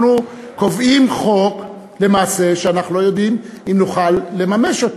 למעשה אנחנו קובעים חוק שאנחנו לא יודעים אם נוכל לממש אותו.